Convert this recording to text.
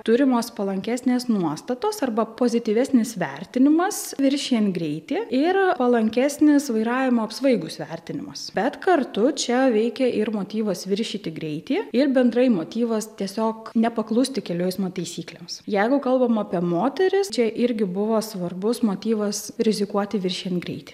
turimos palankesnės nuostatos arba pozityvesnis vertinimas viršijant greitį ir palankesnis vairavimo apsvaigus vertinimas bet kartu čia veikia ir motyvas viršyti greitį ir bendrai motyvas tiesiog nepaklusti kelių eismo taisyklėms jeigu kalbam apie moteris čia irgi buvo svarbus motyvas rizikuoti viršijant greitį